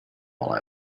while